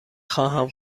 خواهم